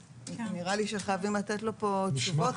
שנראה לי שחייבים לתת לו פה תשובות.